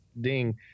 ding